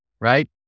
right